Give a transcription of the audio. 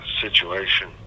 situation